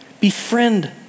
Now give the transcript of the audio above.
Befriend